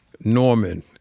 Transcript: Norman